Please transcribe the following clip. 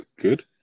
good